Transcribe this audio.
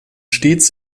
stets